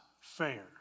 fair